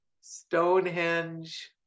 Stonehenge